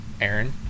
Aaron